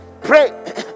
Pray